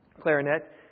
clarinet